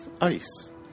ice